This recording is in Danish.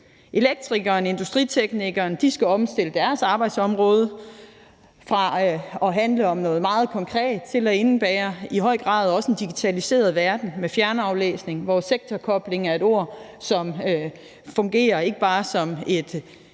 Elektrikeren og industriteknikeren skal omstille deres arbejdsområde fra at handle om noget meget konkret til i høj grad også at indebære en digitaliseret verden med fjernaflæsning, hvor sektorkobling er et ord, som fungerer ikke bare som et